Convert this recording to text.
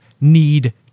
need